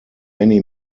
many